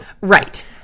Right